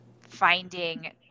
finding